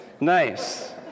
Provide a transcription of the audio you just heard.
nice